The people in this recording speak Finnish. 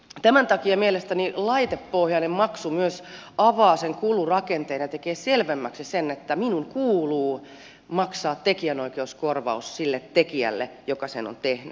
tämän takia mielestäni laitepohjainen maksu myös avaa sen kulurakenteen ja tekee selvemmäksi sen että minun kuuluu maksaa tekijänoikeuskorvaus sille tekijälle joka sen on tehnyt